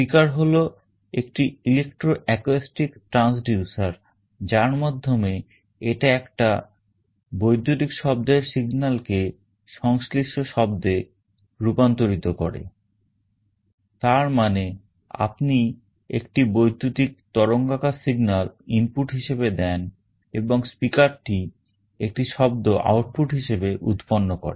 Speaker হল একটি electro acoustic transducer যার মানে এটা একটা বৈদ্যুতিক শব্দের signalকে সংশ্লিষ্ট শব্দে রূপান্তরিত করে তার মানে আপনি একটি বৈদ্যুতিক তরঙ্গাকার signal ইনপুট হিসেবে দেন এবং speaker টি একটি শব্দ আউটপুট হিসেবে উৎপন্ন করে